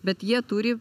bet jie turi